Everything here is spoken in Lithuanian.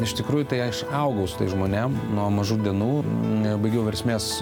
iš tikrųjų tai aš augau žmonėm nuo mažų dienų nebaigiau versmės